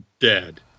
dead